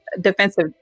defensive